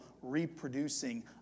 reproducing